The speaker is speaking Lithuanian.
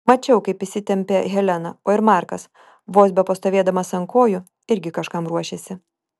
mačiau kaip įsitempė helena o ir markas vos bepastovėdamas ant kojų irgi kažkam ruošėsi